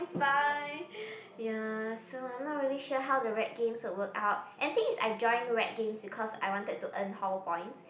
it's fine ya so I'm not really sure how the rag games will work out and the thing is I join rag games because I wanted to earn hall points